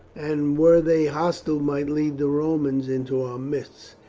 and were they hostile might lead the romans into our midst.